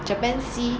japan sea